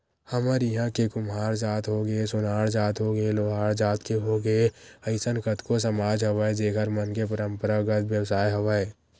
हमर इहाँ के कुम्हार जात होगे, सोनार जात होगे, लोहार जात के होगे अइसन कतको समाज हवय जेखर मन के पंरापरागत बेवसाय हवय